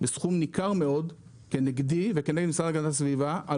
בסכום ניכר מאוד כנגדי וכנגד המשרד להגנת הסביבה על